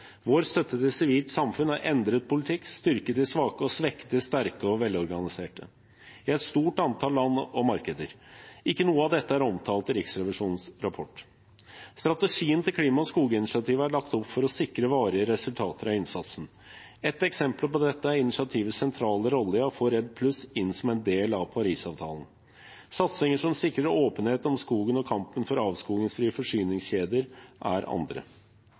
Vår støtte til det sivile samfunnet har endret politikken, styrket de svake og svekket de sterke og velorganiserte i et stort antall land og markeder. Ikke noe av dette er omtalt i Riksrevisjonens rapport. Strategien til klima- og skoginitiativet er lagt opp for å sikre varige resultater av innsatsen. Et eksempel på dette er initiativets sentrale rolle i å få REDD+ inn som en del av Parisavtalen. Satsinger som sikrer åpenhet om skogen, og kampen for avskogingsfrie forsyningskjeder, er andre.